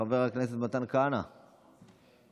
חבר הכנסת מתן כהנא, בבקשה.